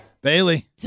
Bailey